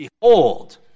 behold